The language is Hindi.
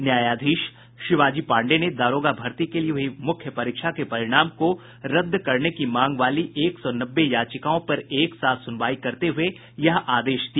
न्यायाधीश शिवाजी पांडेय ने दारोगा भर्ती के लिये हुई मुख्य परीक्षा के परिणाम को रद्द करने की मांग वाली एक सौ नब्बे याचिकाओं पर एक साथ सुनवाई करते हुए यह आदेश दिया